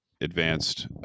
advanced